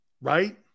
right